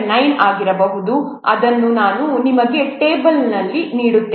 9 ಆಗಿರಬಹುದು ಅದನ್ನು ನಾನು ನಿಮಗೆ ಟೇಬಲ್ನಲ್ಲಿ ನೀಡುತ್ತೇನೆ